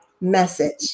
message